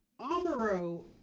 Amaro